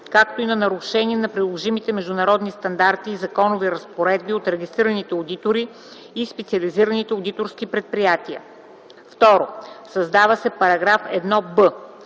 както и на нарушения на приложимите международни стандарти и законови разпоредби от регистрираните одитори и специализираните одиторски предприятия.” 2. Създава се § 1б: „§ 1б.